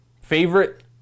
Favorite